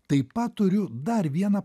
taip pat turiu dar vieną